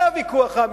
זה הוויכוח האמיתי.